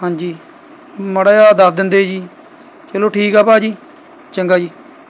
ਹਾਂਜੀ ਮਾੜਾ ਜਿਹਾ ਦੱਸ ਦਿੰਦੇ ਜੀ ਚਲੋ ਠੀਕ ਆ ਭਾਜੀ ਚੰਗਾ ਜੀ